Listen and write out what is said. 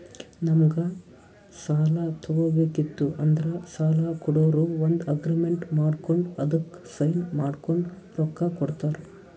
ನಮ್ಗ್ ಸಾಲ ತಗೋಬೇಕಿತ್ತು ಅಂದ್ರ ಸಾಲ ಕೊಡೋರು ಒಂದ್ ಅಗ್ರಿಮೆಂಟ್ ಮಾಡ್ಕೊಂಡ್ ಅದಕ್ಕ್ ಸೈನ್ ಮಾಡ್ಕೊಂಡ್ ರೊಕ್ಕಾ ಕೊಡ್ತಾರ